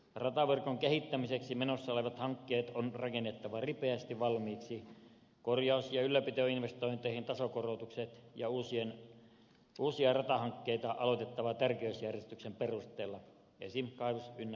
rataverkon kehittämiseksi menossa olevat hankkeet on rakennettava ripeästi valmiiksi korjaus ja ylläpitoinvestointeihin saatava tasokorotukset ja uusia ratahankkeita aloitettava tärkeysjärjestyksen perusteella esimerkiksi kaivos ynnä muuta